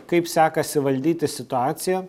kaip sekasi valdyti situaciją